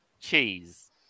Cheese